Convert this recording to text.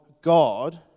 God